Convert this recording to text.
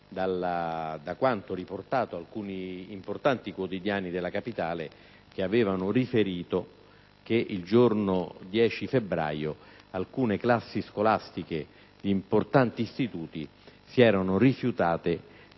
da quanto riportato da alcuni importanti quotidiani della Capitale, che avevano riferito che il giorno 10 febbraio alcune classi scolastiche di importanti istituti si erano rifiutate